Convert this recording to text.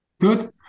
Good